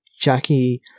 Jackie